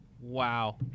Wow